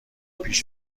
پیش